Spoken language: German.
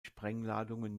sprengladungen